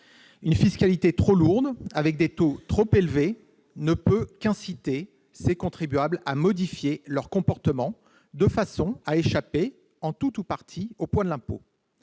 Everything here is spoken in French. une fiscalité trop lourde, avec des taux trop élevés, ne peut qu'inciter les contribuables concernés à modifier leurs comportements de façon à échapper, en tout ou partie, au poids de l'impôt.